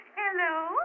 Hello